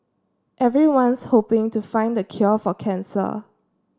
everyone's hoping to find the cure for cancer